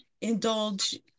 indulge